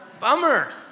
Bummer